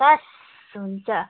sauce हुन्छ